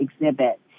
exhibit